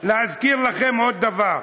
להזכיר לכם עוד דבר.